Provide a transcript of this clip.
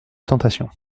tentation